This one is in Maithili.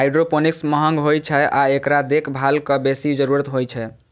हाइड्रोपोनिक्स महंग होइ छै आ एकरा देखभालक बेसी जरूरत होइ छै